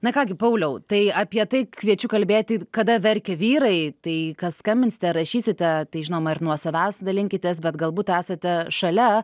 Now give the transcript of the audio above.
na ką gi pauliau tai apie tai kviečiu kalbėti kada verkia vyrai tai kas skambinsite rašysite tai žinoma ir nuo savęs dalinkitės bet galbūt esate šalia